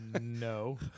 No